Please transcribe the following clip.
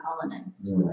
colonized